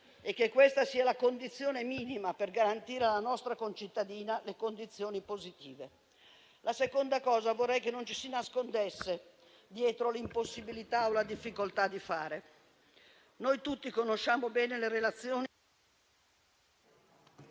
e che questa sia la condizione minima per garantire alla nostra concittadina le condizioni positive. La seconda cosa è la seguente: vorrei che non ci si nascondesse dietro l'impossibilità o la difficoltà di fare. Noi tutti conosciamo bene le relazioni...